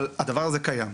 אבל הדבר הזה קיים.